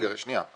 רגע, שנייה.